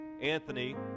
Anthony